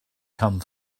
come